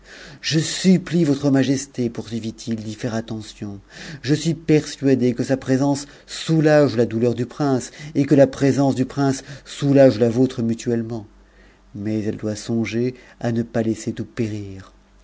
je supplie votre majesté poursuivit-il d'y faire attention je suis persuadé que sa présence soulage la douleur du prince et que la présence du prince soulage la vôtre mutuellement maiselle doit songer à ne pas laisser tout périr